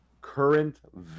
current